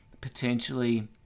potentially